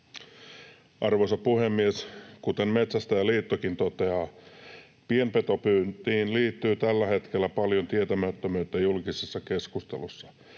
Arvoisa puhemies! Kuten Metsästäjäliittokin toteaa, pienpetopyyntiin liittyy tällä hetkellä paljon tietämättömyyttä julkisessa keskustelussa.